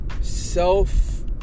self